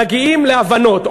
ומגיעים להבנות,